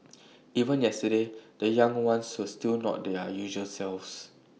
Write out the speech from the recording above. even yesterday the young ones so still not their usual selves